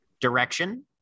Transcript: direction